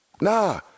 Nah